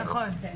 נכון.